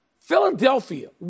Philadelphia